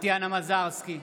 טטיאנה מזרסקי,